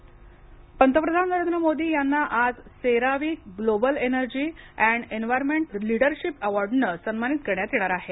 मोदी पंतप्रधान नरेंद्र मोदी यांना आज CERAWeek global energy and environment leadership एवॉर्डन सन्मानित करण्यात येणार आहे